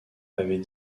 avait